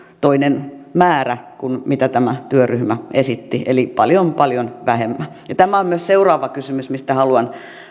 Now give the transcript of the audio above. toinen määrä kuin mitä tämä työryhmä esitti eli paljon paljon vähemmän tämä on seuraava kysymys mistä haluan